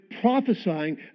prophesying